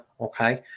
okay